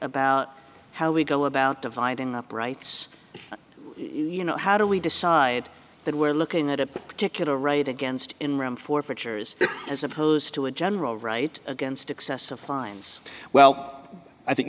about how we go about dividing up rights you know how do we decide that we're looking at a particular right against in room forfeitures as opposed to a general right against excessive fines well i think